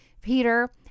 Peter